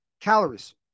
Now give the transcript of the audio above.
calories